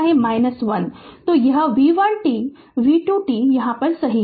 तो यह v1 t v2 t सही है